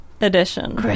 edition